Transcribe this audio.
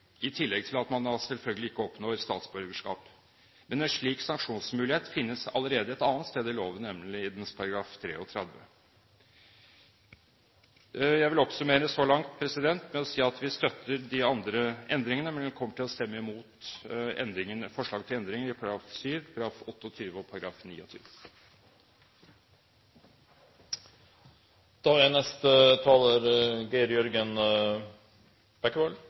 i tillegg til at man da selvfølgelig ikke oppnår statsborgerskap. Men en slik sanksjonsmulighet finnes allerede et annet sted i loven, nemlig i § 33. Jeg vil så langt oppsummere med å si at vi støtter de andre endringene, men vi kommer til å stemme imot forslag til endringer i § 7, i § 28 og